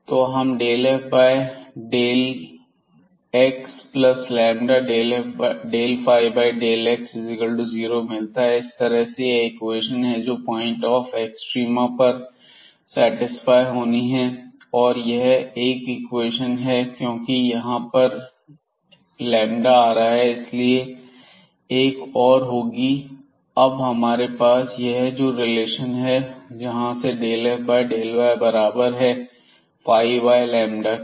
तो हमें ∂f∂x∂ϕ∂x0 मिलता है इस तरह यह वह इक्वेशन है जो पॉइंट ऑफ एक्सट्रीमा पर सेटिस्फाई होनी है और यह एक इक्वेशन है क्योंकि यहां पर आ रहा है इसलिए एक और होगी अब हमारे पास यह जो रिलेशन है जहां से ∂f∂y बराबर है y λ के